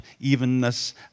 evenness